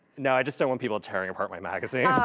no, i just don't want people tearing apart my magazine.